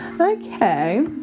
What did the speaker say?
okay